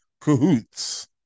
cahoots